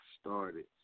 started